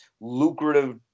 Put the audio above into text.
lucrative